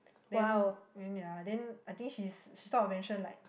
then then ya then I think she's she's sort of mention like